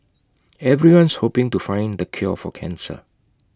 everyone's hoping to find the cure for cancer